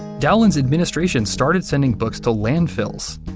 dowlin's administration started sending books to landfills.